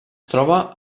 troba